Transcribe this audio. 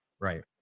Right